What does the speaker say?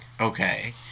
Okay